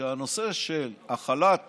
שהנושא של החלת